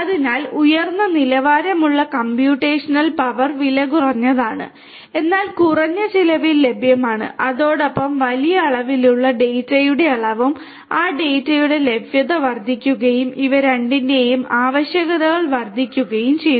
അതിനാൽ ഉയർന്ന നിലവാരമുള്ള കമ്പ്യൂട്ടേഷണൽ പവർ വിലകുറഞ്ഞതാണ് എന്നാൽ കുറഞ്ഞ ചിലവിൽ ലഭ്യമാണ് അതോടൊപ്പം വലിയ അളവിലുള്ള ഡാറ്റയുടെ അളവും ആ ഡാറ്റയുടെ ലഭ്യത വർദ്ധിക്കുകയും ഇവ രണ്ടിന്റെയും ആവശ്യകതകൾ വർദ്ധിക്കുകയും ചെയ്തു